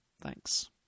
Thanks